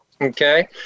Okay